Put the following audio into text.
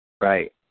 Right